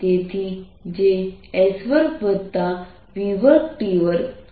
તેથી જે s2v2t2 છે